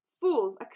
Fools